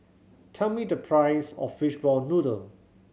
tell me the price of fishball noodle